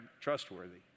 trustworthy